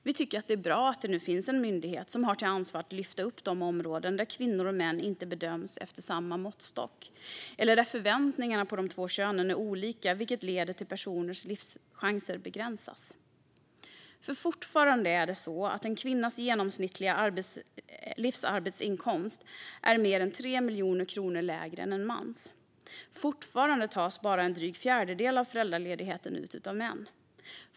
Vi tycker att det är bra att det nu finns en myndighet som har till ansvar att lyfta upp de områden där kvinnor och män inte bedöms efter samma måttstock eller där förväntningarna på de två könen är olika, vilket leder till att personers livschanser begränsas. Fortfarande är det nämligen så att en kvinnas genomsnittliga livsarbetsinkomst är mer än 3 miljoner kronor lägre än en mans. Fortfarande tas bara drygt en fjärdedel av föräldraledigheten ut av män.